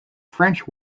french